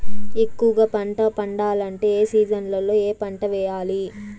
ఎక్కువగా పంట పండాలంటే ఏ సీజన్లలో ఏ పంట వేయాలి